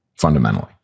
Fundamentally